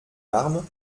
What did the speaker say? larmes